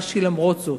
למרות הכול,